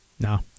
No